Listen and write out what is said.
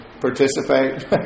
participate